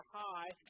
high